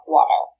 Water